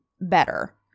better